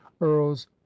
earls